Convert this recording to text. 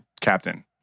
captain